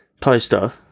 Poster